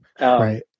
Right